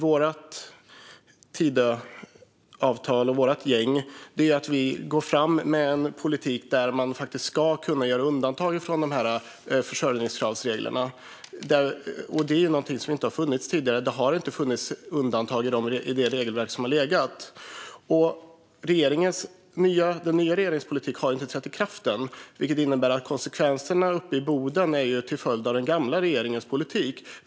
Vi i Tidöavtalets gäng går nu fram med en politik där man ska kunna göra undantag från försörjningskravsreglerna. Det har inte funnits undantag i regelverket tidigare. Den nya regeringens politik har dock inte trätt i kraft än, vilket innebär att konsekvenserna uppe i Boden är en följd av den gamla regeringens politik.